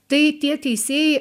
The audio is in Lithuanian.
tai tie teisėjai